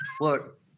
Look